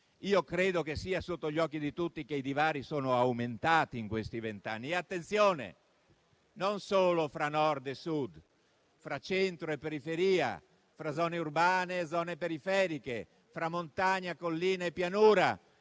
Io credo che sia sotto gli occhi di tutti che i divari sono aumentati in questi vent'anni. Attenzione, poi, perché sono aumentati non solo fra Nord e Sud, ma fra centro e periferia, fra zone urbane e zone periferiche, fra montagna, collina e pianura.